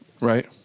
Right